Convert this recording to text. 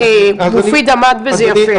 מופיד עמד בזה יפה.